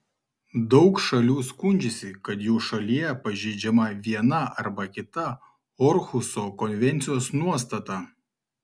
daug šalių skundžiasi kad jų šalyje pažeidžiama viena arba kita orhuso konvencijos nuostata